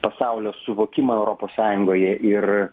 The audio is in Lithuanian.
pasaulio suvokimą europos sąjungoje ir